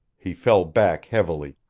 he fell back heavily,